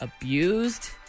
abused